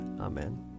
Amen